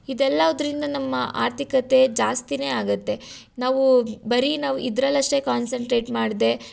ಇದೆಲ್ಲವುದ್ರಿಂದ ನಮ್ಮ ಆರ್ಥಿಕತೆ ಜಾಸ್ತಿಯೇ ಆಗುತ್ತೆ ನಾವು ಬರೀ ನಾವು ಇದರಲ್ಲಷ್ಟೇ ಕಾನ್ಸಂಟ್ರೇಟ್ ಮಾಡದೇ